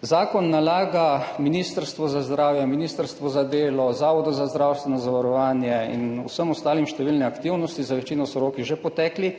Zakon nalaga Ministrstvu za zdravje, Ministrstvu za delo, Zavodu za zdravstveno zavarovanje in vsem ostalim številne aktivnosti, za večino so roki že potekli,